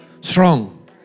strong